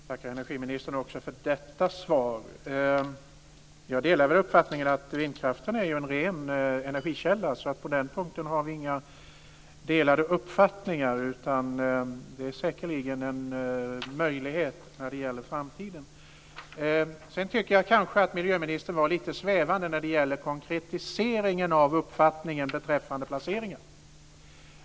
Herr talman! Jag tackar miljöministern också för detta svar. Jag delar uppfattningen att vindkraften är en ren energikälla, så på den punkten har vi inga delade uppfattningar. Det är säkerligen en möjlighet när det gäller framtiden. Sedan tycker jag kanske att miljöministern var lite svävande när det gäller konkretiseringen av uppfattningen beträffande placeringen.